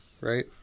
right